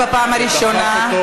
בבקשה.